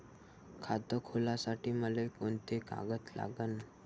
खात खोलासाठी मले कोंते कागद लागन?